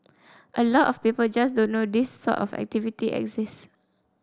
a lot of people just don't know this sort of activity exists